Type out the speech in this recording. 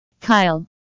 Kyle